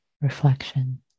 reflection